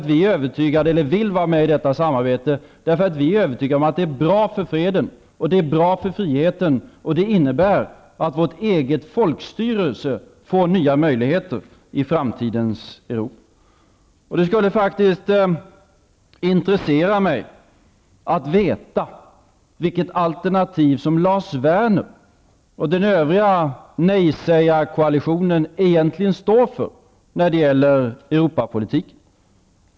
Vi vill vara med i detta samarbete därför att vi är övertygade om att det är bra för freden och bra för friheten, och det innebär att vårt eget folkstyre får nya möjligheter i framtidens Europa. Det skulle faktiskt intressera mig att veta vilket alternativ som Lars Werner och den övriga nejsägarkoalitionen egentligen står för när det gäller Europapolitiken.